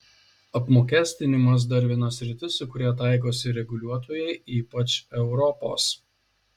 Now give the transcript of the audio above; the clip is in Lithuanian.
apmokestinimas dar viena sritis į kurią taikosi reguliuotojai ypač europos